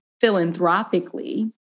philanthropically